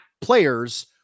players